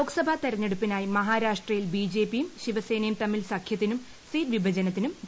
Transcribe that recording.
ലോക്സഭാ തെരഞ്ഞെടുപ്പിനായി മഹാരാഷ്ട്രയിൽ ബിജെപിയും ശിവസേനയും തമ്മിൽ സഖ്യത്തിനും സീറ്റ് വിഭജനത്തിനും ധാരണയായി